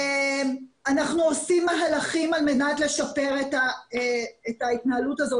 אנחנו עושים מהלכים על מנת לשפר את ההתנהלות הזו,